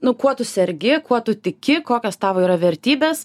nu kuo tu sergi kuo tu tiki kokios tavo yra vertybės